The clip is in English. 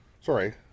Sorry